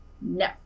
No